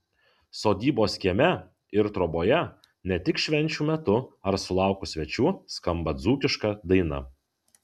sodybos kieme ir troboje ne tik švenčių metu ar sulaukus svečių skamba dzūkiška daina